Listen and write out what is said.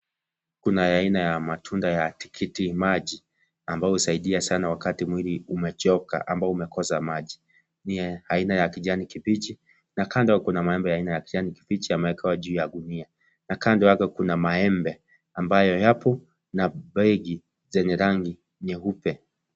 Kuna ya aina ya matunda ya tikiti maji. Ambayo husaidia sana wakati mwili umechoka ama umekosa maji. Ni ya aina ya kijani kibichi, na kando kuna maembe aina ya kijani kibichi, yamewekewa juu ya gunia. Na kando yake kuna maembe ambayo yapo na begi zenye rangi nyeupe.